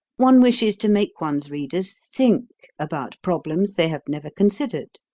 one wishes to make one's readers think about problems they have never considered,